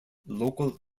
local